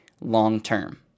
long-term